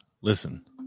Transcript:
listen